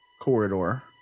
corridor